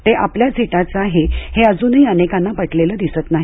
ते आपल्याच हिताचं आहे हे अजूनही अनेकांना पटलेलं दिसत नाही